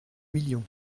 million